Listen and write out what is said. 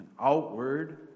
outward